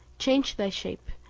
change thy shape,